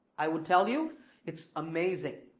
i will tell you it's amazing.